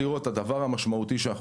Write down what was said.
הדבר המשמעותי שאפשר לראות שאנחנו